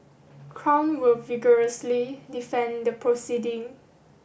crown will vigorously defend the proceeding